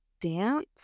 dance